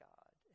God